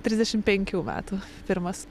trisdešim penkių metų pirmas